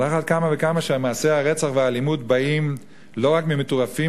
על אחת כמה וכמה שמעשי הרצח והאלימות באים לא רק ממטורפים,